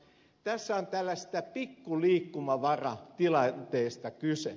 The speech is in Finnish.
tässä on tällaisesta pikkuliikkumavaratilanteesta kyse